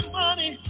money